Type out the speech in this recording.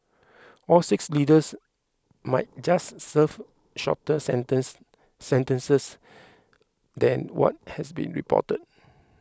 all six leaders might just serve shorter sentence sentences than what has been reported